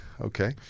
Okay